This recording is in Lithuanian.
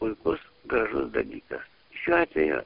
puikus gražus dalykas šiuo atveju